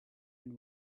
and